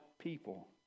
people